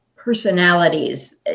Personalities